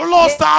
Lost